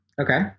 Okay